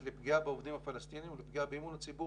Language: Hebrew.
לפגיעה בעובדים הפלסטינים ולפגיעה באמון הציבור